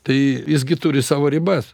tai jis gi turi savo ribas